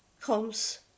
comes